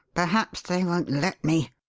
perhaps they won't let me!